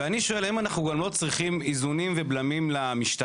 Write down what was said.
ואני שואל האם אנחנו גם לא צריכים איזונים ובלמים למשטרה?